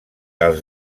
els